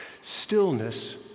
Stillness